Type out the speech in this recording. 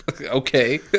Okay